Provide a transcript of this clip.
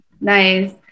Nice